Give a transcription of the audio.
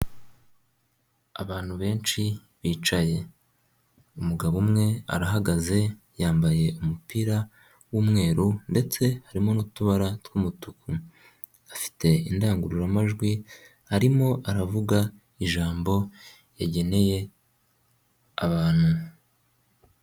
Abantu benshi bicaye, umugabo umwe arahagaze yambaye umupira w'umweru ndetse harimo n'utubara tw'umutuku, afite indangururamajwi, arimo aravuga ijambo yageneye abantu.